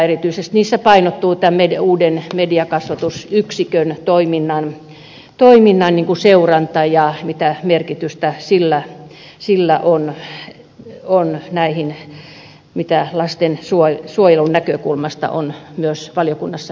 erityisesti niissä painottuu tämän uuden mediakasvatusyksikön toiminnan seuranta ja se mitä merkitystä sillä on näihin asioihin mitä lastensuojelun näkökulmasta myös valiokunnassa on noussut esille